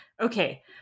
Okay